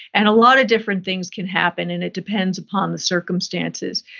and a lot of different things can happen and it depends upon the circumstances.